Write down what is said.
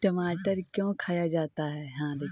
टमाटर क्यों खाया जाता है?